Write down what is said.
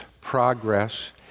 progress